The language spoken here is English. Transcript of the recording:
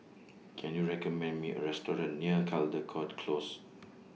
Can YOU recommend Me A Restaurant near Caldecott Close